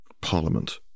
Parliament